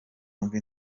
wumve